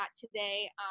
today